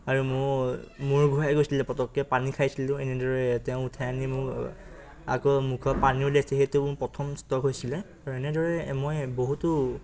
আৰু মোৰ মূৰ ঘূৰাই গৈছিলে পটককৈ পানী খাইছিলোঁ এনেদৰে তেওঁ উঠাই আনি মোক আকৌ মুখৰ পানী ওলিয়াইছে সেইটো মোৰ প্ৰথম ষ্টক হৈছিলে আৰু এনেদৰে মই বহুতো